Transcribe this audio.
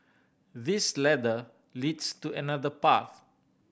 this ladder leads to another path